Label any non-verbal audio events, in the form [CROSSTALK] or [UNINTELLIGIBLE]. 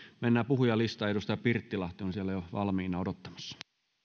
mennään puhujalistaan edustaja pirttilahti on [UNINTELLIGIBLE] siellä jo valmiina odottamassa